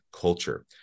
culture